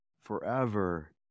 Forever